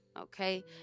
okay